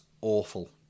awful